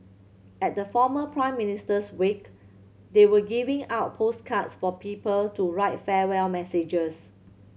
at the former Prime Minister's wake they were giving out postcards for people to write farewell messages